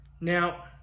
Now